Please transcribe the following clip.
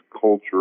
culture